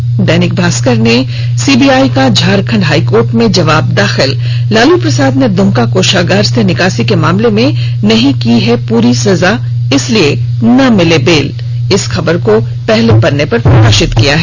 र्देनिक भास्कर ने सीबीआई का झारखंड हाईकोर्ट में जवाब दाखिल लालू प्रसाद ने दुमका कोशागार से निकासी के मामले में नहीं की है पूरी सजा इसलिए न मिले बेल की खबर को पहले पन्ने पर प्रकाशित किया है